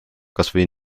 kasvõi